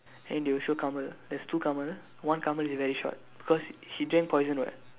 and they will show Kamal there's two Kamal one Kamal he very short because she drank poison what